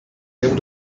able